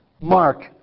Mark